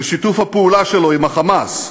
ושיתוף הפעולה שלו עם ה"חמאס",